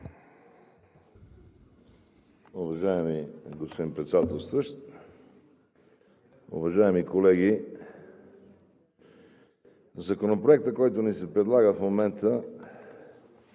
Уважаеми господин Председателстващ, уважаеми колеги! Законопроектът, който ни се предлага в момента,